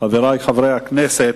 חברי חברי הכנסת,